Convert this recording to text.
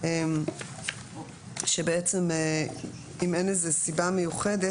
שבעצם אם אין איזה סיבה מיוחדת,